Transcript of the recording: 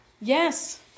Yes